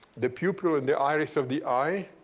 the pupil in the iris of the eye,